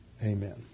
Amen